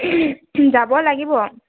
যাব লাগিব